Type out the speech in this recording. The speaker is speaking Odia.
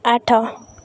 ଆଠ